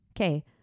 okay